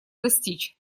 достичь